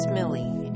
Millie